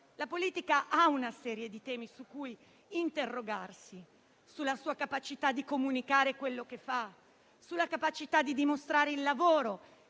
La politica ha una serie di temi su cui interrogarsi: sulla sua capacità di comunicare quello che fa, sulla capacità di dimostrare il lavoro